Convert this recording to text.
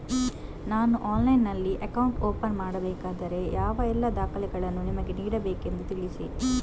ನಾನು ಆನ್ಲೈನ್ನಲ್ಲಿ account open ಮಾಡಬೇಕಾದರೆ ಯಾವ ಎಲ್ಲ ದಾಖಲೆಗಳನ್ನು ನಿಮಗೆ ನೀಡಬೇಕೆಂದು ತಿಳಿಸಿ?